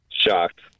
Shocked